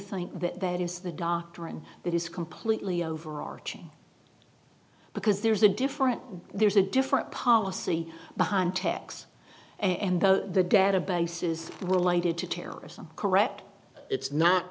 think that that is the doctrine that is completely overarching because there's a different there's a different policy behind tex and though the databases related to terrorism correct it's not